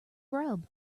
rub